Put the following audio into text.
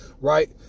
Right